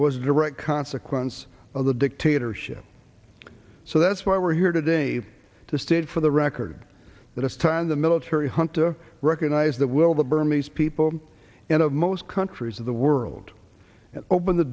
was a direct consequence of the dictatorship so that's why we're here today to state for the record that it's time the military hunta recognize the will the burmese people and of most countries of the world and open the